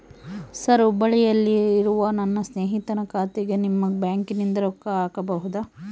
Sir ಹುಬ್ಬಳ್ಳಿಯಲ್ಲಿ ಇರುವ ನನ್ನ ಸ್ನೇಹಿತನ ಖಾತೆಗೆ ನಿಮ್ಮ ಬ್ಯಾಂಕಿನಿಂದ ರೊಕ್ಕ ಹಾಕಬಹುದಾ?